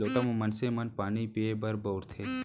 लोटा ल मनसे मन पानी पीए बर बउरथे